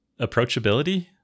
approachability